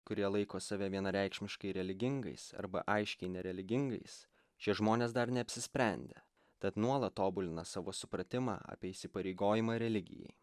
kurie laiko save vienareikšmiškai religingais arba aiškiai nereligingais šie žmonės dar neapsisprendę tad nuolat tobulina savo supratimą apie įsipareigojimą religijai